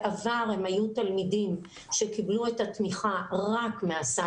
בעבר הם היו תלמידים שקיבלו את התמיכה רק מהסל